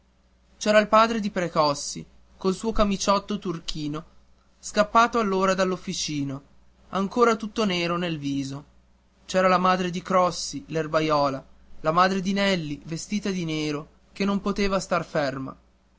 c'era il padre di precossi col suo camiciotto turchino scappato allora dall'officina ancora tutto nero nel viso c'era la madre di crossi l'erbaiola la madre di nelli vestita di nero che non poteva star ferma